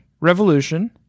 Revolution